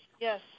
yes